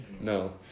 no